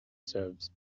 serves